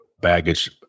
baggage